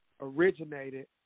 originated